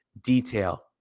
detail